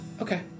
Okay